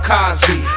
Cosby